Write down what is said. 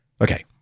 Okay